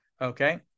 okay